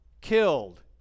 killed